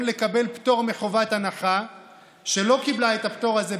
לקבל פטור מחובת הנחה ולא קיבלה את הפטור הזה,